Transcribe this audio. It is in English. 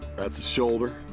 that's the shoulder.